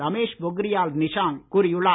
ரமேஷ் பொக்ரியால் நிஷாங்க் கூறியுள்ளார்